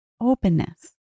openness